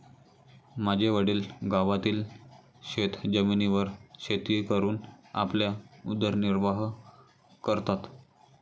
माझे वडील गावातील शेतजमिनीवर शेती करून आपला उदरनिर्वाह करतात